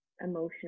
emotional